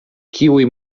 kiuj